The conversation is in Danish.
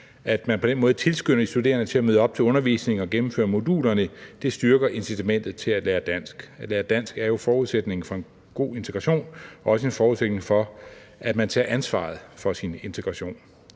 at man på den måde tilskynder de studerende til at møde op til undervisningen og gennemføre modulerne, for det styrker incitamentet til at lære dansk. At lære dansk er jo forudsætningen for en god integration og også en forudsætning for, at man tager ansvaret for sin integration.